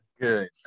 Good